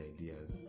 ideas